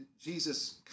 Jesus